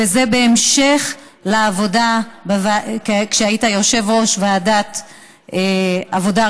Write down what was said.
וזה בהמשך לעבודה כשהיית יושב-ראש ועדת העבודה,